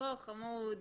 בוא חמוד,